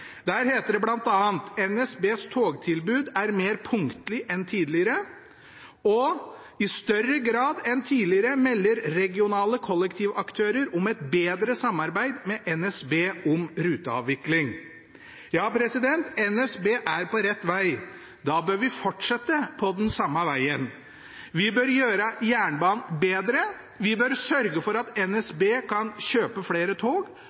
Der heter det bl.a.: «NSBs togtilbud er mer punktlig enn tidligere.» Og: «I større grad enn tidligere melder regionale kollektivaktører om et bedre samarbeid med NSB om ruteavvikling.» Ja, NSB er på rett veg. Da bør vi fortsette på den samme vegen. Vi bør gjøre jernbanen bedre. Vi bør sørge for at NSB kan kjøpe flere tog.